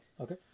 Okay